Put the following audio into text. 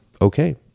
okay